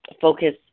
focus